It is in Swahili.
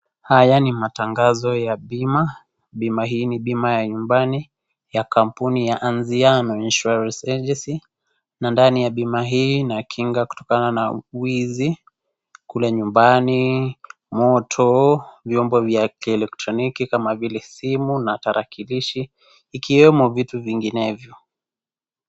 Haya ni matangazo ya bima, bima hii ni ya nyumbani ya kampuni ya Anziano Insurance Agency na ndani ya bima hii inakinga kutokana na uwizi kule nyumbani, moto, vyombo vya kieletroniki kama vile simu na tarakilishi ikiwemo vitu vinginevyo.